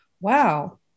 Wow